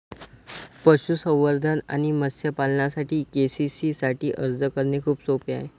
पशुसंवर्धन आणि मत्स्य पालनासाठी के.सी.सी साठी अर्ज करणे खूप सोपे आहे